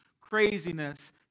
craziness